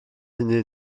hynny